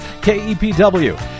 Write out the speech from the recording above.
KEPW